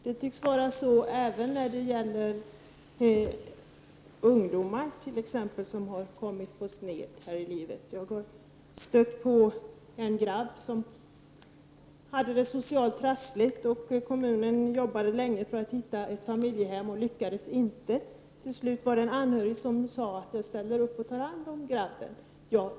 Det tycks vara så även när det gäller ungdomar som har kommit på sned här i livet. Jag har stött på en grabb som hade det socialt trassligt. Kommunen jobbade länge för att hitta ett familjehem, men lyckades inte. Till slut sade en anhörig: Jag ställer upp och tar hand om grabben.